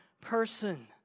person